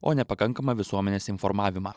o nepakankamą visuomenės informavimą